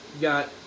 got